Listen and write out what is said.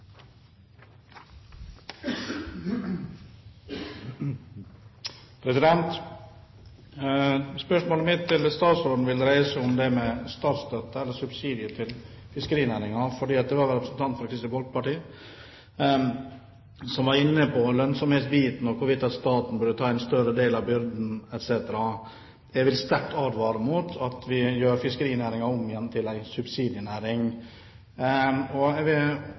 Spørsmålet mitt til statsråden vil dreie seg om dette med statsstøtte, eller subsidier til fiskerinæringen. Det var vel representanten fra Kristelig Folkeparti som var inne på lønnsomhetsbiten og hvorvidt staten burde ta en større del av byrden etc. Jeg vil sterkt advare mot at vi igjen gjør fiskerinæringen om til en subsidienæring. Jeg vil